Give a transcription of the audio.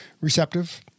receptive